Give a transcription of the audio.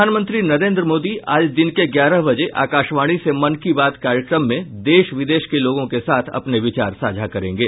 प्रधानमंत्री नरेन्द्र मोदी आज दिन के ग्यारह बजे आकाशवाणी से मन की बात कार्यक्रम में देश विदेश के लोगों के साथ अपने विचार साझा करेंगे